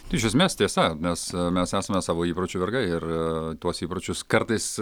iš esmės tiesa mes mes esame savo įpročių vergai ir tuos įpročius kartais